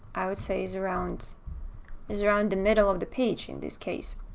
i would say, is around is around the middle of the page in this case.